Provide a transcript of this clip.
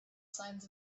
signs